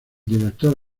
director